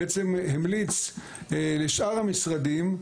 בעצם המליץ לשאר המשרדים,